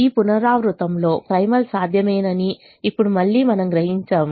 ఈ పునరావృతంలో ప్రైమల్ సాధ్యమేనని ఇప్పుడు మళ్లీ మనం గ్రహించాము